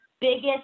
biggest